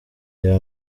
reba